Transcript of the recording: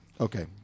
Okay